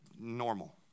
normal